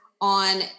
on